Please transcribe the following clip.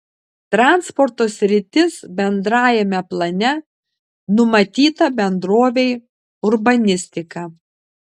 transporto sritis bendrajame plane numatyta bendrovei urbanistika